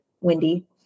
Wendy